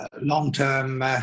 long-term